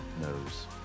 knows